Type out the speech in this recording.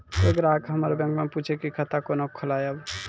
कोय ग्राहक हमर बैक मैं पुछे की खाता कोना खोलायब?